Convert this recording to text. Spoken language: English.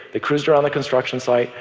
they cruised around the construction site,